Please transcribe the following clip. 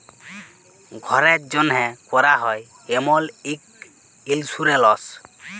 ঘ্যরের জ্যনহে ক্যরা হ্যয় এমল ইক ইলসুরেলস